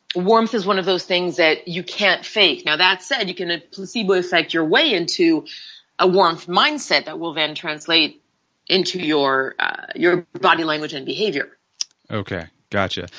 warmth is one of those things that you can't fake. now that's said, you can ah placebo affect your way into a warmth mindset that will then translate into your your body language and behavior okay, got you.